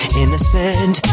innocent